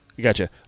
Gotcha